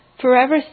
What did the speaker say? forever